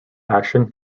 action